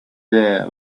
the